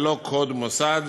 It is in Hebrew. ללא קוד מוסד,